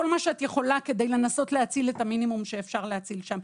שביכולתך כדי לנסות להציל את המינימום שאפשר להציל שם,